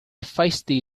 feisty